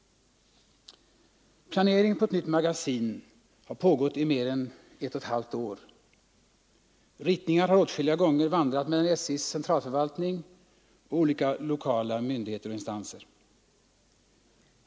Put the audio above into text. Planerandet av ett nytt magasin har pågått i mer än ett och ett halvt år. Ritningar har åtskilliga gånger vandrat mellan SJ:s centralförvaltning och olika lokala myndigheter och instanser.